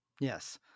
Yes